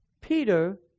Peter